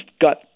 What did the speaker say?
got